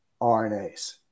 RNAs